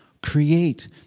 Create